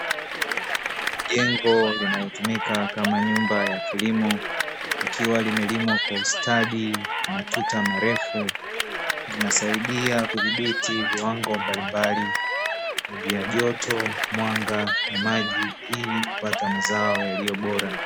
Jengo linalotumika kama nyumba ya kilimo likiwa limelimwa kwa ustadi matuta marefu zinasaidia kudhibiti viwango mbalimbali vya joto, mwanga na maji ili kupata mazao yaliyo bora.